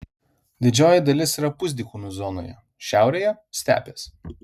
didžioji dalis yra pusdykumių zonoje šiaurėje stepės